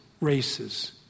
races